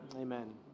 Amen